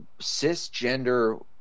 cisgender